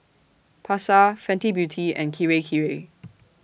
Pasar Fenty Beauty and Kirei Kirei